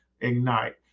ignite